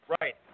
Right